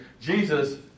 Jesus